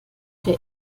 der